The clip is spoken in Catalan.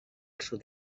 sud